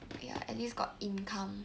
ya at least got income